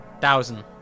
Thousand